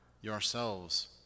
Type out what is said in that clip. yourselves